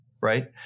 right